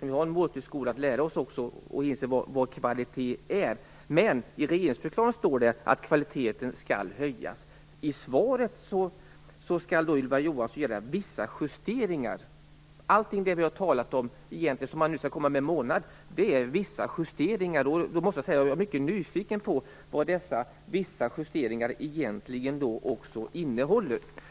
När vi har en målstyrd skola är det faktiskt också en uppgift för oss politiker att inse vad kvalitet är. Men i regeringsförklaringen står det att kvaliteten skall höjas. Enligt svaret skall Ylva Johansson göra vissa justeringar. Allt vi nu talar om, och det som skall komma om en månad, är alltså vissa justeringar. Jag är mycket nyfiken på vad "vissa justeringar" egentligen innebär.